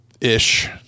ish